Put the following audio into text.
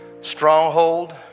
stronghold